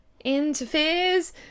interferes